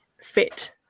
fit